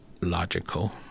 logical